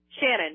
Shannon